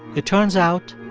it turns out,